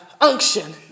unction